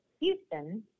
Houston